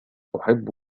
أحب